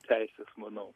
teisės manau